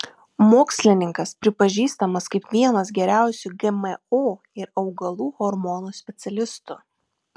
mokslininkas pripažįstamas kaip vienas geriausių gmo ir augalų hormonų specialistų